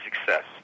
success